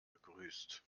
begrüßt